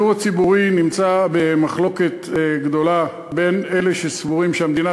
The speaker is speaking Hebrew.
הדיור הציבורי נמצא במחלוקת גדולה בין אלה שסבורים שהמדינה